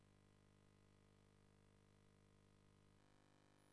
רביעי, י"ד